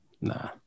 nah